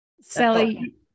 Sally